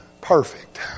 perfect